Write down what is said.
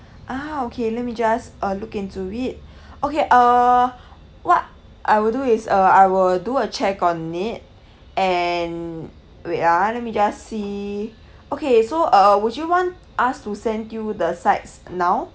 ah okay let me just uh look into it okay uh what I will do is uh I will do a check on it and wait ah let me just see okay so uh would you want us to send you the sides now